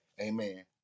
amen